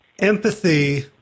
empathy